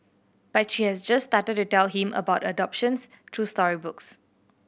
but she has just started to tell him about adoptions through storybooks